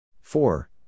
Four